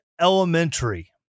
Elementary